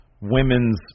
women's